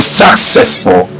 successful